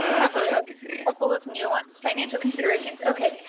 ah have a couple of new ones, financial considerations. okay.